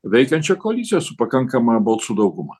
veikiančią koaliciją su pakankama balsų dauguma